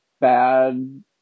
bad